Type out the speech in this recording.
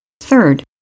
Third